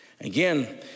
Again